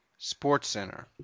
SportsCenter